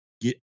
get